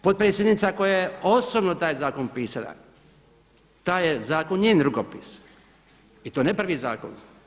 Potpredsjednica koja je osobno taj zakon pisala, taj je zakon njen rukopis i to ne prvi zakon.